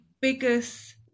biggest